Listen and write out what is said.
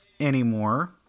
anymore